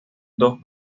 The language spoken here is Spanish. dos